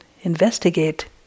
investigate